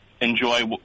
enjoy